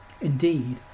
Indeed